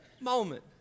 moment